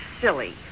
silly